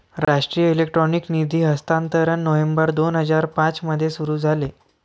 राष्ट्रीय इलेक्ट्रॉनिक निधी हस्तांतरण नोव्हेंबर दोन हजार पाँच मध्ये सुरू झाले